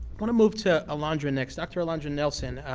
want to move to alondra next. dr. alondra nelson.